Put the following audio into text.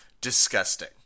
disgusting